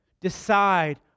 decide